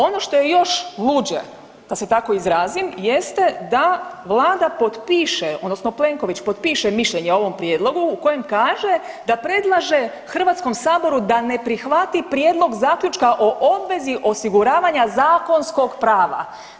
Ono što je još luđe da se tako izrazim jeste da vlada potpiše odnosno Plenković potpiše mišljenje o ovom prijedlogu u kojem kaže da predlaže Hrvatskom saboru da ne prihvati prijedlog zaključka o obvezi osiguravanja zakonskog prava.